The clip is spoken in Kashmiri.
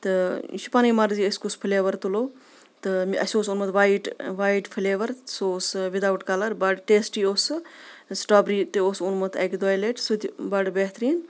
تہٕ یہِ چھِ پَنٕںی مَرضی أسۍ کُس فٕلیوَر تُلو تہٕ اَسہِ اوس اوٚنمُت وایٹ وایٹ فٕلیوَر سُہ اوس وِدآوُت کَلَر بَڑٕ ٹیسٹی اوس سُہ سِٹرٛابرٛی تہِ اوس اوٚنمُت اَکہِ دویہِ لَٹہِ سُہ تہِ بَڑٕ بہتریٖن